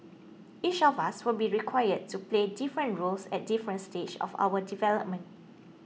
each of us will be required to play different roles at different stages of our development